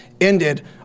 ended